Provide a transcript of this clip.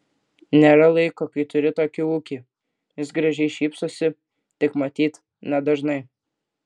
nėra laiko kai turi tokį ūkį jis gražiai šypsosi tik matyt nedažnai